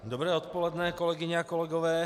Dobré odpoledne, kolegyně a kolegové.